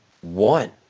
one